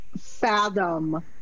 fathom